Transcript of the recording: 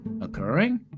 occurring